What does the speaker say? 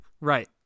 Right